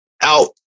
out